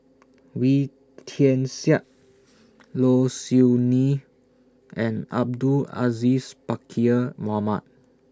Wee Tian Siak Low Siew Nghee and Abdul Aziz Pakkeer Mohamed